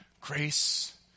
grace